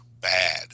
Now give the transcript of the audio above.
bad